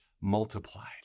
multiplied